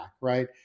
right